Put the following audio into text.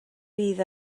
fydd